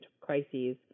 crises